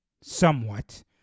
somewhat